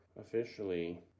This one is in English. officially